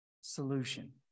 solution